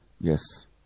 Yes